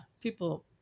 People